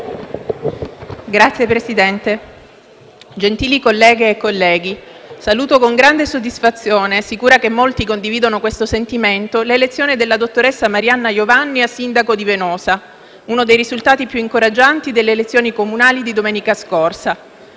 Signor Presidente, gentili colleghe e colleghi, saluto con grande soddisfazione, sicura che molti condividano questo sentimento, l'elezione della dottoressa Marianna Iovanni a sindaco di Venosa, uno dei risultati più incoraggianti delle elezioni comunali di domenica scorsa.